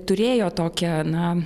turėjo tokią na